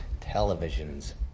television's